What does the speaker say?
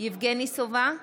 יבגני סובה,